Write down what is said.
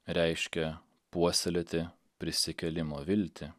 reiškia puoselėti prisikėlimo viltį